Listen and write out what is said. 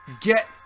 get